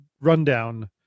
Rundown